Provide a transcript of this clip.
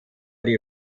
die